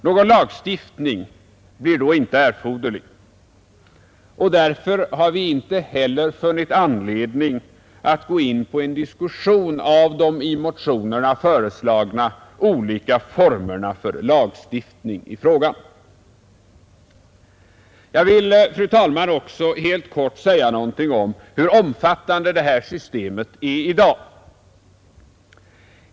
Någon lagstiftning blir då inte erforderlig, och därför har vi inte heller funnit anledning att gå in på en diskussion av de i motionerna föreslagna olika formerna för lagstiftning i frågan. Jag vill, fru talman, också helt kort säga något om hur omfattande detta system är i dag.